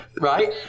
right